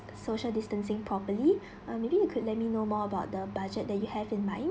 social distancing properly uh maybe you could let me know more about the budget that you have in mind